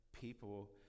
people